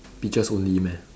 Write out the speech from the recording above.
peaches only meh